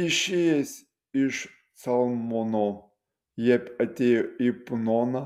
išėję iš calmono jie atėjo į punoną